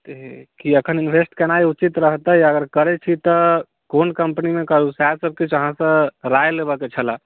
कि अखन इन्वेस्ट केनाइ उचित रहतै अगर करै छी तऽ कोन कम्पनीमे करू सएह सभ किछु अहाँसँ राय लेबऽके छलऽ